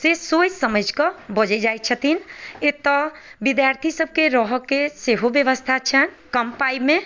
से सोचि समझि कऽ बजै जाइत छथिन एतय विद्यार्थी सभके रहयके सेहो व्यवस्था छैन्ह कम पाइमे